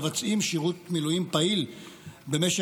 מבצעים שירות מילואים פעיל במשך,